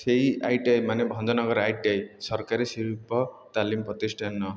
ସେଇ I T I ମାନେ Bhanjanagar I T I ସରକାରୀ ଶିଳ୍ପ ତାଲିମ ପ୍ରତିଷ୍ଠାନ